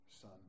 Son